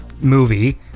movie